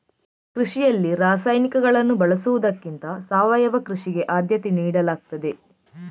ಕೃಷಿಯಲ್ಲಿ ರಾಸಾಯನಿಕಗಳನ್ನು ಬಳಸುವುದಕ್ಕಿಂತ ಸಾವಯವ ಕೃಷಿಗೆ ಆದ್ಯತೆ ನೀಡಲಾಗ್ತದೆ